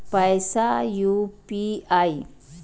पैसा यू.पी.आई?